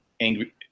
angry